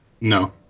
No